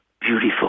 beautiful